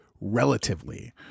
relatively